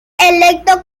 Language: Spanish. electo